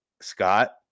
Scott